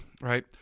right